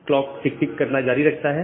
clock tick tick करना जारी रखता है